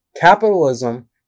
capitalism